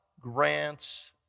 grants